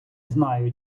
знаю